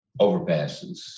overpasses